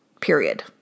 Period